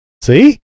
See